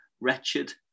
wretched